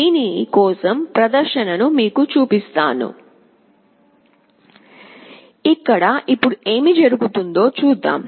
దీని కోసం ప్రదర్శనను మీకు చూపిస్తాను ఇక్కడ ఇప్పుడు ఏమి జరుగుతుందో చూద్దాం